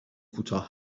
کوتاه